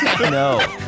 no